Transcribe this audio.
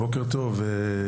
בוקר טוב.